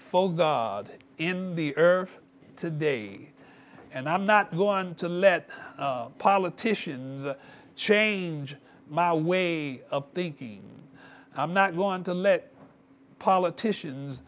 in the earth today and i'm not going to let a politician change my way of thinking i'm not going to let politicians